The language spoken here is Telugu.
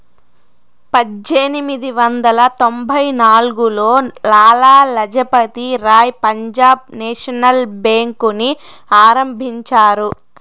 పజ్జేనిమిది వందల తొంభై నాల్గులో లాల లజపతి రాయ్ పంజాబ్ నేషనల్ బేంకుని ఆరంభించారు